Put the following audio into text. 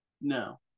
No